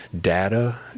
data